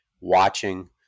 watching